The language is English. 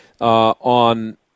on